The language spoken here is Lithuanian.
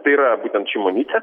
tai yra būtent šimonytė